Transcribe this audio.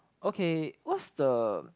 okay what's the